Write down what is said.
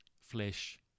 flesh